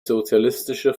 sozialistische